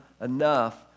enough